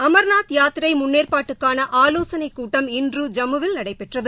அமர்நாத் யாத்திரை முன்னேற்பாட்டுக்கான ஆலோசனைக் கூட்டம் இன்று ஜம்முவில் நடைபெற்றது